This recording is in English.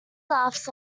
laughs